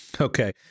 Okay